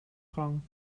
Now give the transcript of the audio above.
gang